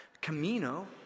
Camino